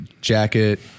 jacket